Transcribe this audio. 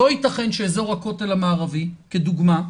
לא ייתכן שאזור הכותל המערבי כדוגמה,